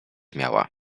miała